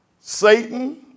Satan